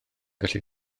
gallu